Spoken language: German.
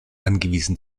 angewiesen